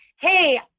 hey